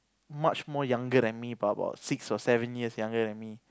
much more younger than me by about six or seven years younger than me